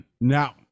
now